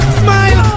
smile